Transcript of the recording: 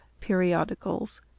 Periodicals